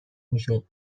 میشه